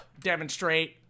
demonstrate